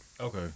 Okay